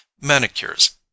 manicures